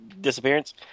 disappearance